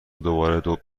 دوباره